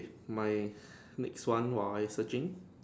my next one while searching